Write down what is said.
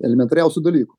elementariausių dalykų